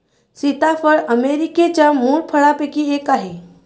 सीताफळ अमेरिकेच्या मूळ फळांपैकी एक आहे